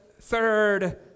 third